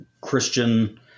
Christian